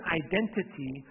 identity